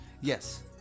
Yes